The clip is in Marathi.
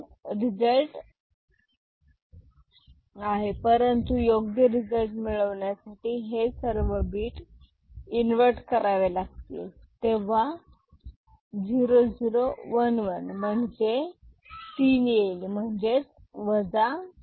म्हणून रिझल्ट आहे परंतु योग्य रिझल्ट मिळवण्यासाठी हे सर्व बीट इन्वर्टर करावे लागतील तेव्हा 0011 म्हणजे तीन येईल म्हणजेच 3